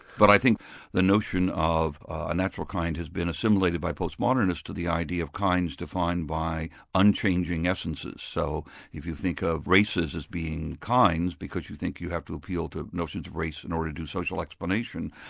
but i think the notion of a natural kind has been assimilated by post modernists to the idea of kinds defined by unchanging essences. so if you think of races as being kinds because you think you have to appeal to notions of race in order to do social explanation,